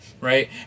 right